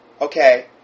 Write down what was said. Okay